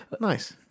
Nice